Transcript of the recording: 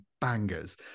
bangers